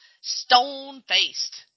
stone-faced